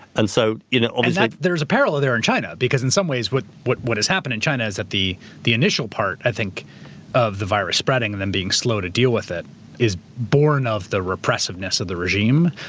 and so you know um like there's a parallel there in china because in some ways, what what has happened in china is that the the initial part i think of the virus spreading and them being slow to deal with it is born of the repressiveness of the regime,